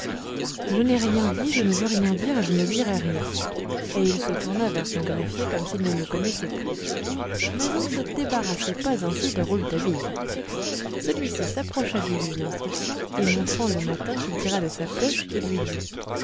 je n'ai rien dit je ne veux rien dire et je ne dirai rien et il se tourna vers son greffier comme s'il ne nous connaissait plus mais on ne se débarrassait pas ainsi de rouletabille celui-ci s'approcha du juge d'instruction et montrant le matin qu'il tira de sa poche il lui dit